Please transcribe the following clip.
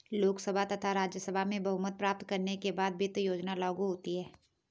लोकसभा तथा राज्यसभा में बहुमत प्राप्त करने के बाद वित्त योजना लागू होती है